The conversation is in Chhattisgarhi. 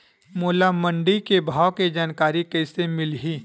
मोला मंडी के भाव के जानकारी कइसे मिलही?